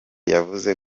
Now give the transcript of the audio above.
yavuze